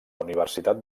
universitat